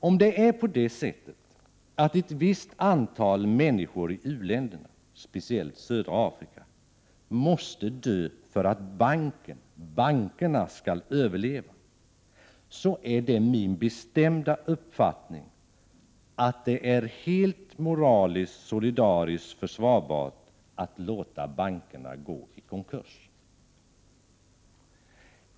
Om det är så att ett visst antal människor i u-länderna, speciellt i södra Afrika, måste dö för att banken eller bankerna skall överleva, är det min bestämda uppfattning att det är helt solidariskt och moraliskt försvarbart att låta bankerna gå i konkurs.